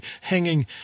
hanging